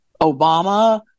Obama